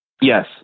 Yes